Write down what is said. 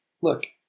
look